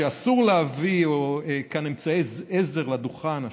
שאסור להביא לכאן אמצעי עזר לדוכן,